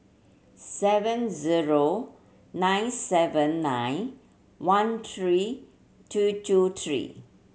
seven zero nine seven nine one three two two three